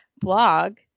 blog